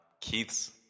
Keith's